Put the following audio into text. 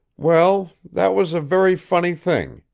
well, that was a very funny thing,